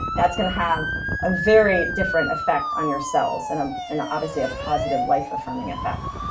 that's going to have a very different effect on your cells, and um and obviously a positive life affirming effect.